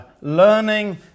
learning